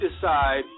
decide